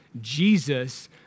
Jesus